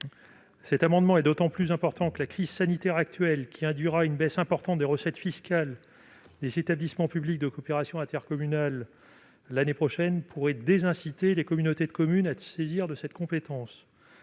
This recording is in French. Cet amendement est d'autant plus important que la crise sanitaire actuelle, qui induira une baisse importante des recettes fiscales des établissements publics de coopération intercommunale l'année prochaine, pourrait désinciter les communautés de communes à se saisir de cette compétence.